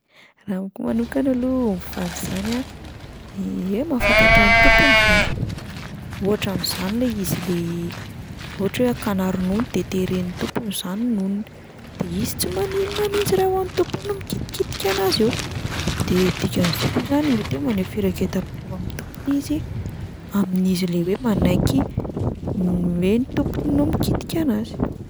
Raha amiko manokana aloha ombivavy izany a, i- ie mahafantatra ny tompony izany, ohatra amin'izany le izy le ohatra hoe akana ronono de teren'ny tompony zany ny nonony, de izy tsy maninona mihitsy raha vao ny tompony no mikitikitika anazy eo, de dikan'izay koa zany mety hoe maneho firaiketam-po amin'ny tompony izy amin'izy le hoe manaiky ny hoe ny tompony no mikitika anazy.